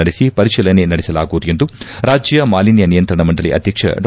ನಡೆಸಿ ಪರಿಶೀಲನೆ ನಡೆಸಲಾಗುವುದು ಎಂದು ರಾಜ್ಯ ಮಾಲಿನ್ಯ ನಿಯಂತ್ರಣ ಮಂಡಳಿ ಅಧ್ಯಕ್ಷ ಡಾ